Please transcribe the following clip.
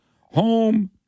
Home